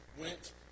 went